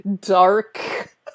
dark